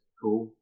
cool